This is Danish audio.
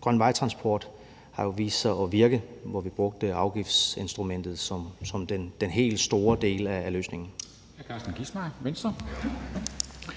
grøn vejtransport, hvor vi brugte afgiftsinstrumentet som den helt store del af løsningen,